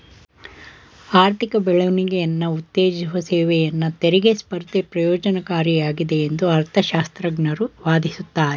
ಆರ್ಥಿಕ ಬೆಳವಣಿಗೆಯನ್ನ ಉತ್ತೇಜಿಸುವ ಸೇವೆಯನ್ನ ತೆರಿಗೆ ಸ್ಪರ್ಧೆ ಪ್ರಯೋಜ್ನಕಾರಿಯಾಗಿದೆ ಎಂದು ಅರ್ಥಶಾಸ್ತ್ರಜ್ಞರು ವಾದಿಸುತ್ತಾರೆ